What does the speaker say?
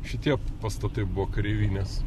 šitie pastatai buvo kareivinės